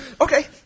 Okay